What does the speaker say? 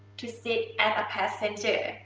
to sit as a passenger.